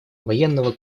военного